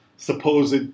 supposed